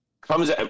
comes